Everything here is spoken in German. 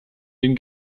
den